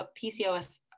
PCOS